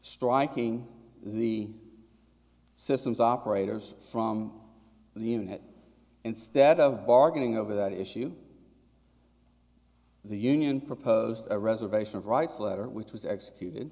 striking the systems operators from the unit instead of bargaining over that issue the union proposed a reservation of rights letter which was executed